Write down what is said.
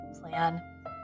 plan